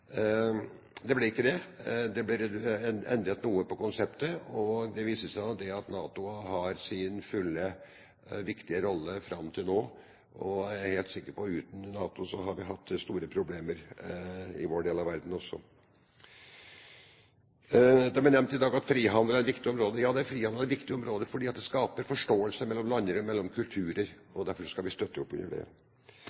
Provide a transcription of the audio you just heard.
Det ble ikke det. Det ble endret noe på konseptet, og det viser seg at NATO har hatt en viktig rolle til nå. Jeg er helt sikker på at uten NATO hadde vi hatt store problemer i vår del av verden også. Det ble nevnt i dag at frihandel er et viktig område. Frihandel er et viktig område fordi det skaper forståelse mellom landene, mellom kulturer.